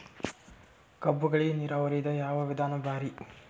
ಕಬ್ಬುಗಳಿಗಿ ನೀರಾವರಿದ ಯಾವ ವಿಧಾನ ಭಾರಿ?